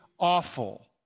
Awful